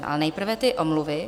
Ale nejprve ty omluvy.